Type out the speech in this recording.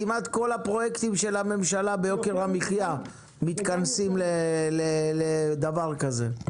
כמעט כל הפרויקטים של הממשלה ביוקר המחיה מתכנסים לדבר כזה.